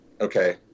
okay